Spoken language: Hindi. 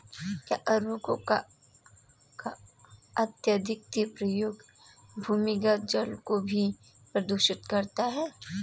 क्या उर्वरकों का अत्यधिक प्रयोग भूमिगत जल को भी प्रदूषित करता है?